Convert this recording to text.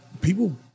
People